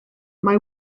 mae